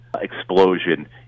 explosion